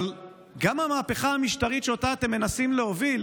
אבל גם המהפכה המשטרית שאתם מנסים להוביל,